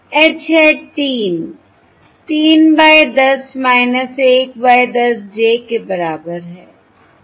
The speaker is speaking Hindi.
H hat 3 3 by 10 1 by 10 j के बराबर है